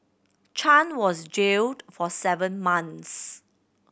Chan was jailed for seven months